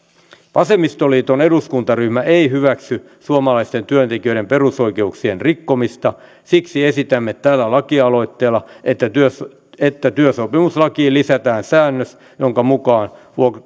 vasemmistoliiton eduskuntaryhmä ei hyväksy suomalaisten työntekijöiden perusoikeuksien rikkomista siksi esitämme tällä lakialoitteella että työsopimuslakiin lisätään säännös jonka mukaan